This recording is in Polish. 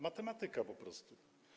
Matematyka po prostu.